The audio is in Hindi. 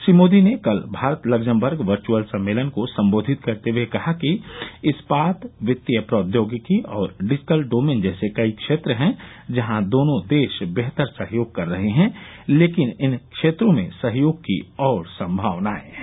श्री मोदी ने कल भारत लग्जमबर्ग वर्च्अल सम्मेलन को संबोधित करते हुए कहा कि इस्पात वित्तीय प्रौद्योगिकी और डिजिटल डोमेन जैसे कई क्षेत्र हैं जहां दोनों देश बेहतर सहयोग कर रहे हैं लेकिन इन क्षेत्रों में सहयोग की और संभावनाएं हैं